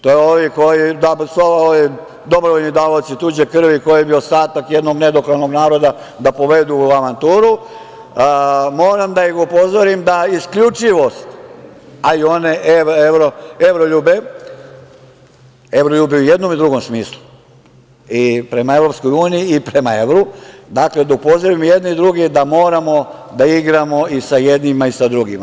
To su ovi dobrovoljni davaoci tuđe krvi, koji bi ostatak jednog nedoklanog naroda da povedu u avanturu, moram da ih upozorim da isključivost, a i one evroljube i u jednom i drugom smislu i prema Evropskoj uniji i prema evru, dakle da upozorim i jedne i druge da moramo da igramo i sa jednim i sa drugima.